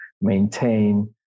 maintain